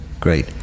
great